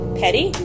petty